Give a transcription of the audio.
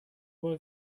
what